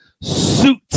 suit